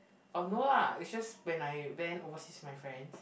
oh no lah is just when I went overseas with my friends